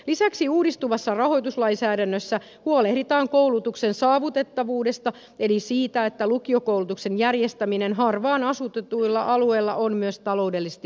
lisäksi uudistuvassa rahoituslainsäädännössä huolehditaan koulutuksen saavutettavuudesta eli siitä että lukiokoulutuksen järjestäminen harvaan asutetuilla alueilla on myös taloudellisesti mahdollista